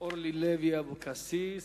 אורלי לוי אבקסיס.